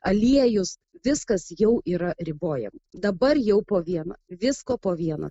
aliejus viskas jau yra ribojam dabar jau po vieną visko po vieną